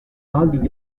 ahalik